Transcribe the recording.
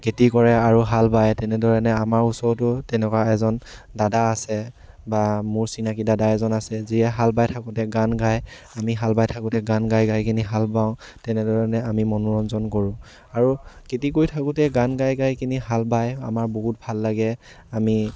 খেতি কৰে আৰু হাল বায় তেনেধৰণে আমাৰ ওচৰতো তেনেকুৱা এজন দাদা আছে বা মোৰ চিনাকী দাদা এজন আছে যিয়ে হাল বায় থাকোঁতে গান গাই আমি হাল বাই থাকোঁতে গান গাই গাই কিনি হাল বাও তেনেধৰণে আমি মনোৰঞ্জন কৰোঁ আৰু খেতি কৰি থাকোঁতে গান গাই গাই কিনি হাল বায় আমাৰ বহুত ভাল লাগে আমি